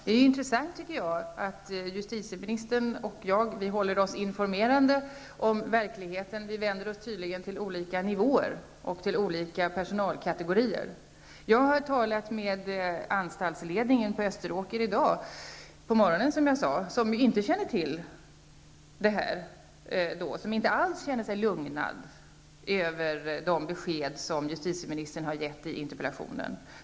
Herr talman! Jag tycker att det är intressant att justitieministern och jag håller oss informerade om verkligheten genom att vända oss till olika nivåer och till olika personalkategorier. Jag har som sagt talat med ledningen för Ledningen känner sig inte alls lugnad av de besked som justitieministern har gett i interpellationssvaret.